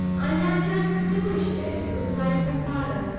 i had just finished it, replied her father.